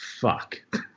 fuck